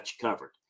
covered